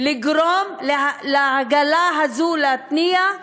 לגרום לעגלה הזאת לנוע,